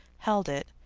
held it,